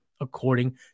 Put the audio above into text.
According